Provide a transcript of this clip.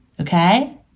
Okay